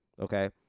Okay